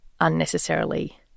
unnecessarily